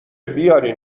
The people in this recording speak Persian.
بیارین